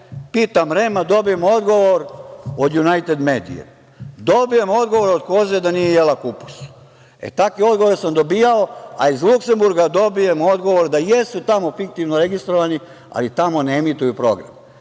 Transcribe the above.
pitam REM, a dobijem odgovor od Junajted medije, dobijem odgovor od koze da nije jela kupus. Takve odgovore sam dobijao, a iz Luksenburga dobijem odgovor da jesu tamo fiktivno registrovani, ali tamo ne emituju program. Nema